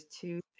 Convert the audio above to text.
two